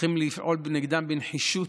צריכים לפעול נגדם בנחישות,